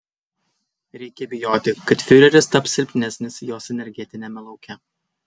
reikia bijoti kad fiureris taps silpnesnis jos energetiniame lauke